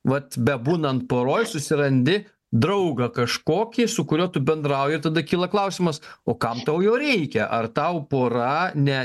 vat bebūnant poroj susirandi draugą kažkokį su kuriuo tu bendrauji ir tada kyla klausimas o kam tau jo reikia ar tau pora ne